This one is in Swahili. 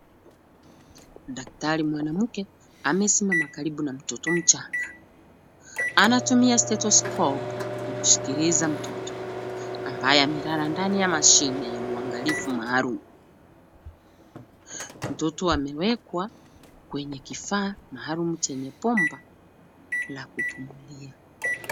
Daktari mwanamke amesimama karibu na mtoto mchanga. Anatumia stethoscope kumsikiliza mtoto ambaye amelala ndani ya mashine ya uangalifu maalum. Mtoto ameekwa kwenye kifaa maalum chenye bomba la kupumulia.